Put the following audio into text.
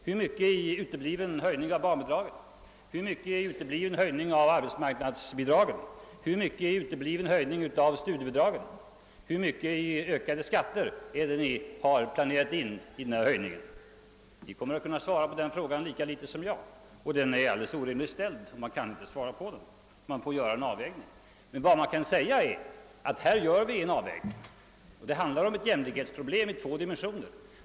Hur mycket i utebliven höjning av barnbidragen, hur mycket i utebliven höjning av arbetsmarknadsbidragen, hur mycket i utebliven höjning av studiebidragen och hur mycket i ökade skatter har ni planerat i samband med denna höjning av u-hjälpen? Ni kommer att lika litet kunna svara på den frågan som jag kan. Den är alldeles orimligt ställd. Man kan inte svara på den. Man får göra en avvägning när den tiden kommer. Man kan däremot säga: Här gör vi en avvägning där det handlar om ett jämlikhetsproblem i två dimensioner.